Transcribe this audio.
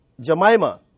Jemima